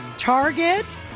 Target